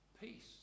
Peace